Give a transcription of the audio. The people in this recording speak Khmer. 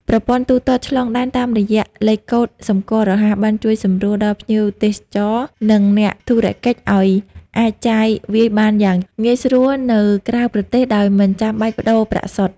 ប្រព័ន្ធទូទាត់ឆ្លងដែនតាមរយៈលេខកូដសម្គាល់រហ័ស បានជួយសម្រួលដល់ភ្ញៀវទេសចរ និងអ្នកធុរកិច្ចឱ្យអាចចាយវាយបានយ៉ាងងាយស្រួលនៅក្រៅប្រទេសដោយមិនចាំបាច់ប្ដូរប្រាក់សុទ្ធ។